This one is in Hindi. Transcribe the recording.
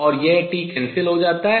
और यह t cancel रद्द हो जाता है